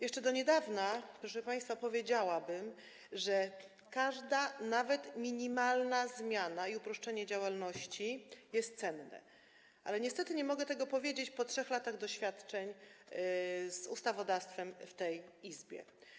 Jeszcze do niedawna, proszę państwa, powiedziałabym, że każda zmiana, nawet minimalna, i uproszczenie działalności są cenne, ale niestety nie mogę tego powiedzieć po 3 latach doświadczeń z ustawodawstwem w tej Izbie.